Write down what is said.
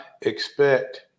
expect